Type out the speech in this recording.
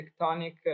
tectonic